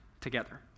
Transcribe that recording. together